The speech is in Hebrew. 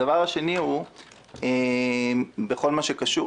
דבר שני הוא בכל הקשור